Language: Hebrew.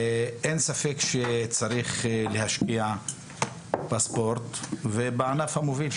אין ספק שצריך להשקיע בספורט ובענף המוביל,